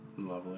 lovely